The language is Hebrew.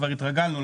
כבר התרגלנו,